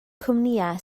cwmnïau